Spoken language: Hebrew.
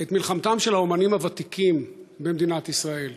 את מלחמתם של האמנים הוותיקים במדינת ישראל,